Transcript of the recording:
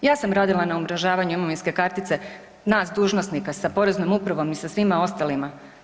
Ja sam radila na umrežavanju imovinske kartice nas dužnosnika sa poreznom upravom i sa svima ostalima.